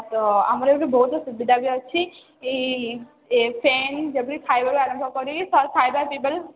ତ ଆମର ବି ବହୁତ ସୁବିଧା ବି ଅଛି ଏ ଫ୍ୟାନ ଯେପରି ଖାଇବାରୁ ଆରମ୍ଭ କରି ସବ ଖାଇବା ପିଇବାରୁ